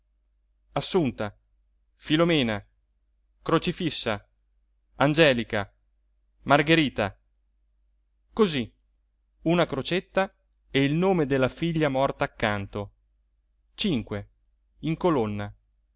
assunta filomena crocifissa angelica margherita così una crocetta e il nome della figlia morta accanto cinque in colonna